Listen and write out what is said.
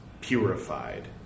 purified